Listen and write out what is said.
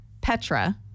Petra